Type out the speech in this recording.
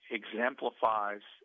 exemplifies